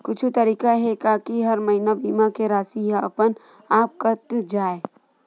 कुछु तरीका हे का कि हर महीना बीमा के राशि हा अपन आप कत जाय?